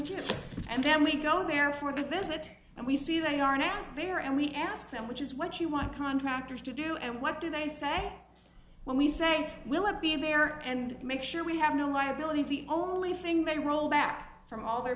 and then we go there for the visit and we see they are now there and we ask them which is what you want contractors to do and what do they say when we say will it be there and make sure we have no my ability the only thing they roll back from all their